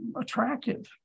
attractive